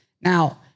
Now